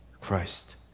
Christ